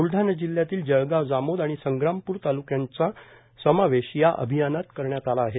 ब्लडाणा जिल्ह्यातील जळगांव जामोद आणि संग्रामपूर तालुक्यांचा समावेश अभियानात करण्यात आला आहे